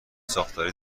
ساختاری